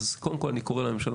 אז אני קורא לממשלה